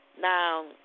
now